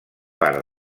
part